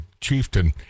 chieftain